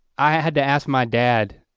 i had to ask my dad,